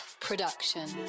Production